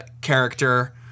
character